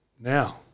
Now